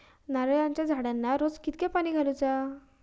नारळाचा झाडांना रोज कितक्या पाणी घालुचा?